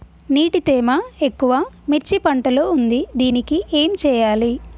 నీటి తేమ ఎక్కువ మిర్చి పంట లో ఉంది దీనికి ఏం చేయాలి?